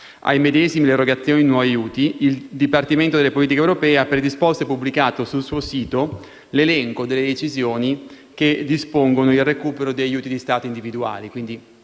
ai medesimi l'erogazione di nuovi aiuti, il Dipartimento per le politiche europee ha predisposto e pubblicato sul suo sito l'elenco delle decisioni che dispongono il recupero degli aiuti di Stato individuali.